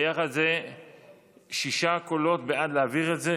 וביחד זה שישה קולות בעד להעביר את זה,